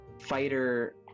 fighter